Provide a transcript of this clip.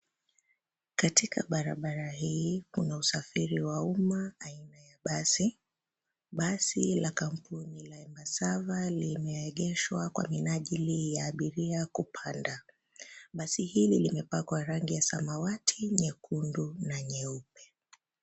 Katika barabara hii kuna usafiri wa umma aina ya basi. Basi la kampuni la Embassava limeegeshwa kwa minanjili ya abiria kupanda. Basi hili limepakwa rangi ya samawati, nyekundu na nyeupe.